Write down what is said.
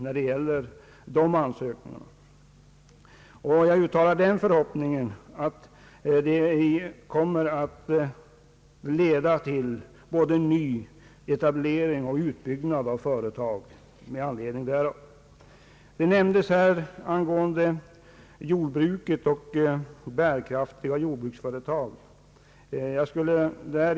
Jag uttalar den förhoppningen att de inledda kontakterna kommer att medföra både nyetablering och utbyggnad av företag. Det har talats om bärkraftiga jordbruksföretag.